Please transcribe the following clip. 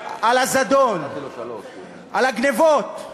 על הזדון, על הגנבות,